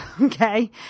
Okay